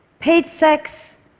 paid sex,